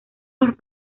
los